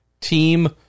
team